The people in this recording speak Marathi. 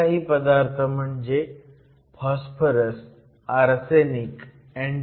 असे काही पदार्थ म्हणजे फॉस्फरस आर्सेनिक अँटीमोनी ई